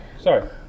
sorry